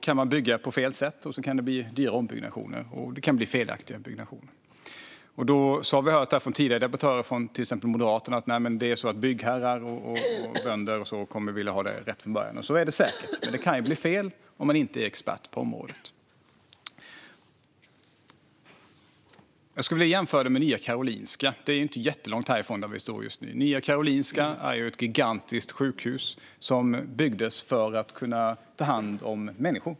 Man kan bygga på fel sätt, och så blir det dyra ombyggnationer. Vi har från tidigare debattörer, exempelvis från Moderaterna, hört att byggherrar och bönder kommer att vilja ha det rätt från början. Så är det säkert. Men det kan bli fel om man inte är expert på området. Jag skulle vilja göra en jämförelse med Nya Karolinska. Det ligger inte jättelångt härifrån. Nya Karolinska är ett gigantiskt sjukhus som byggdes för att ta hand om människor.